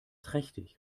trächtig